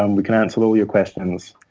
um we can answer all your questions.